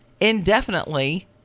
indefinitely